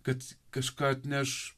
kad kažką atneš